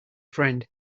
friend